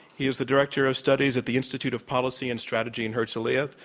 he is the director of studies at the institute of policy and strategy in herzliya.